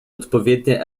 odpowiednie